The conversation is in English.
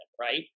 right